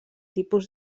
tipus